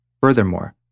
Furthermore